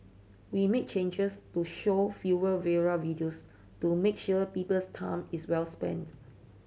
we made changes to show fewer viral videos to make sure people's time is well spent